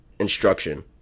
instruction